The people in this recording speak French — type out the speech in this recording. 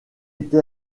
été